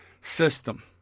system